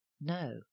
No